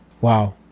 Wow